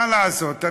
מה לעשות,